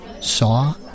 saw